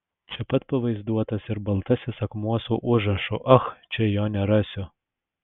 čia pat pavaizduotas ir baltasis akmuo su užrašu ach čia jo nerasiu